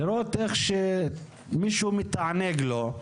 לראות איך שמישהו מתענג לו,